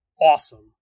awesome